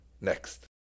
Next